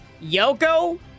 Yoko